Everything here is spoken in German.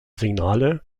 signale